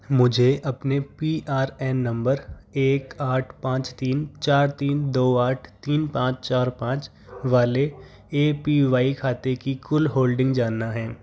मुझे अपने P R N नंबर एक आठ पाँच तीन चार तीन दो आठ तीन पाँच चार पाँच वाले ए पी वाई खाते की कुल होल्डिंग जानना हैं